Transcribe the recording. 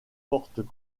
fortes